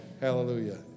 Hallelujah